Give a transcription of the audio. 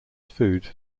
food